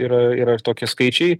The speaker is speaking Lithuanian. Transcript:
yra yra tokie skaičiai